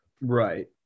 Right